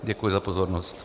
Děkuji za pozornost.